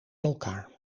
elkaar